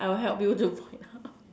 I will help you to